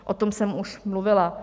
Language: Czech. O tom jsem už mluvila.